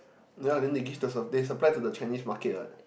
ya then they give the some they supply to the Chinese market what